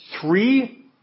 three